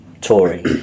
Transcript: Tory